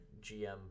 gm